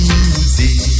Music